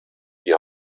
die